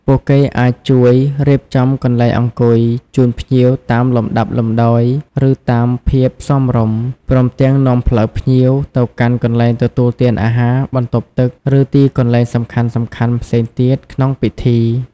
ពួកគេអាចជួយ រៀបចំកន្លែងអង្គុយ ជូនភ្ញៀវតាមលំដាប់លំដោយ ឬតាមភាពសមរម្យ ព្រមទាំង នាំផ្លូវភ្ញៀវ ទៅកាន់កន្លែងទទួលទានអាហារ បន្ទប់ទឹក ឬទីកន្លែងសំខាន់ៗផ្សេងទៀតក្នុងពិធី។